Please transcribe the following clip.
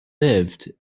lived